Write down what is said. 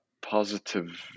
positive